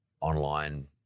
online